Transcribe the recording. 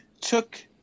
took